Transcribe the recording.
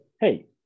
hey